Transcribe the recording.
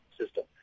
system